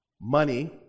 money